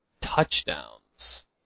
touchdowns